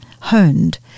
honed